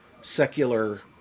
secular